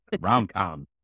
Rom-com